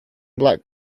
black